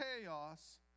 chaos